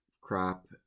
crop